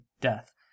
death